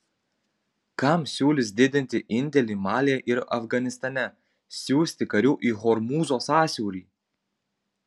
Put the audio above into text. kam siūlys didinti indėlį malyje ir afganistane siųsti karių į hormūzo sąsiaurį